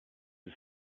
ist